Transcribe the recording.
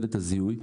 שלט הזיהוי,